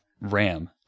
RAM